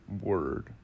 word